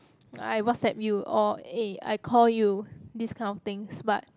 I WhatsApp you or eh I call you these kind of things but